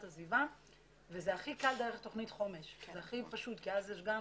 הסביבה וזה הכי קל דרך תוכנית חומש וזה הכי פשוט כי אז יש גם